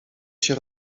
się